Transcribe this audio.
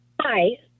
Hi